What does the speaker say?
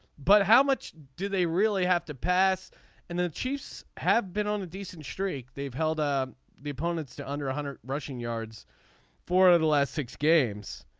but how much do they really have to pass and then the chiefs have been on a decent streak they've held ah the opponents to under one ah hundred rushing yards for the last six games.